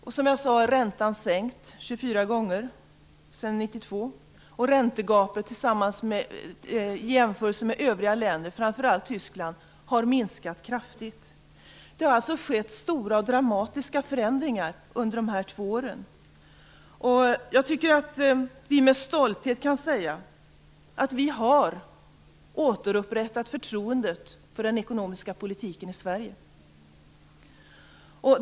Räntan har som sagt sänkts 24 gånger sedan 1992. Tyskland, har minskat kraftigt. Det har alltså varit stora och dramatiska förändringar inom de här två åren. Jag tycker att vi med stolthet kan säga att vi har återupprättat förtroendet för den ekonomiska politiken i Sverige.